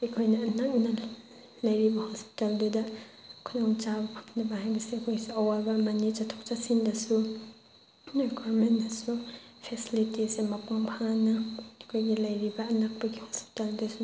ꯑꯩꯈꯣꯏꯅ ꯅꯛꯅ ꯂꯩꯔꯤꯕ ꯍꯣꯁꯄꯤꯇꯥꯜꯗꯨꯗ ꯈꯨꯗꯣꯡ ꯆꯥꯕ ꯐꯪꯗꯕ ꯍꯥꯏꯕꯁꯦ ꯑꯩꯈꯣꯏꯁꯨ ꯑꯋꯥꯕ ꯑꯃꯅꯤ ꯆꯠꯊꯣꯛ ꯆꯠꯁꯤꯟꯗꯁꯨ ꯅꯣꯏ ꯒꯣꯔꯃꯦꯟꯅꯁꯨ ꯐꯦꯁꯤꯂꯤꯇꯤꯁꯦ ꯃꯄꯨꯡ ꯐꯥꯅ ꯑꯩꯈꯣꯏꯒꯤ ꯂꯩꯔꯤꯕ ꯑꯅꯛꯄꯒꯤ ꯍꯣꯁꯄꯤꯇꯥꯜꯗꯁꯨ